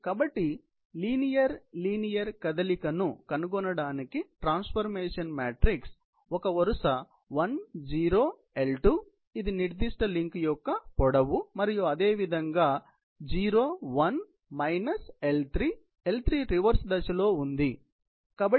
కాబట్టి linear linear కదలికను కనుగొనటానికి ట్రాన్స్ఫర్మేషన్ మ్యాట్రిక్స్ 1 0 L2 ఇది ఈ నిర్దిష్ట లింక్ యొక్క పొడవు మరియు అదేవిధంగా 0 1 L3 మళ్ళీ L3 రివర్స్ దిశలో ఉంది